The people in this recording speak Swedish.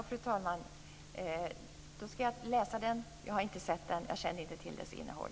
Fru talman! Då skall jag läsa den. Jag har inte sett den, jag känner inte till dess innehåll.